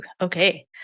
okay